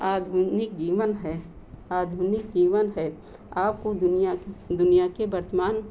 आधुनिक जीवन है आधुनिक जीवन है आपको दुनिया की दुनिया के वर्तमान